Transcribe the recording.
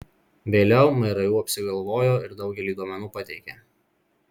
vėliau mru apsigalvojo ir daugelį duomenų pateikė